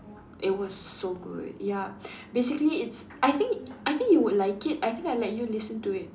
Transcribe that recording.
it was so good yup basically it's I think I think you would like it I think I let you listen to it